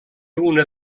una